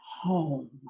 home